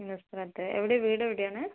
നുസ്രത്ത് എവിടെയാണ് വീട് എവിടെ ആണ്